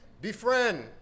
befriend